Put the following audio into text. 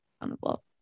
accountable